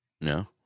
No